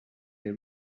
they